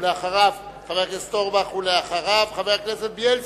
ואחריו, חבר הכנסת בילסקי.